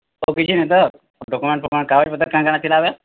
ଆଉ କିଛି ନାଇଁ ତ ଡକ୍ୟୁମେଣ୍ଟ୍ ଫକୁମେଣ୍ଟ୍ କାଗଜ୍ ପତର୍ କାଣା କାଣା ଥିଲା ଭେଲ୍